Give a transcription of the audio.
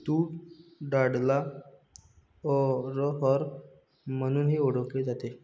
तूर डाळला अरहर म्हणूनही ओळखल जाते